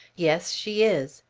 yes, she is.